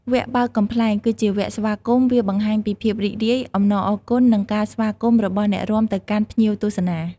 វគ្គបើកកំប្លែង គឺជាវគ្គស្វាគមន៍ វាបង្ហាញពីភាពរីករាយ អំណរអគុណ និង ការស្វាគមន៍របស់អ្នករាំទៅកាន់ភ្ញៀវទស្សនា។